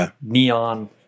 neon